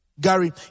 Gary